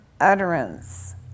utterance